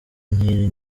nk’iri